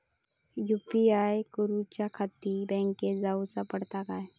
UPI करूच्याखाती बँकेत जाऊचा पडता काय?